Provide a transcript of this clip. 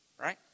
right